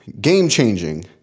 game-changing